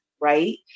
right